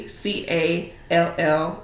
call